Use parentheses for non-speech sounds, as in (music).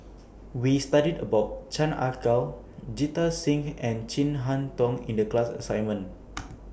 We studied about Chan Ah Kow Jita Singh and Chin Harn Tong in The class assignment (noise)